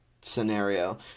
scenario